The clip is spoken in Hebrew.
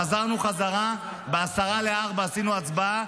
חזרנו חזרה, ב-15:50 עשינו הצבעה,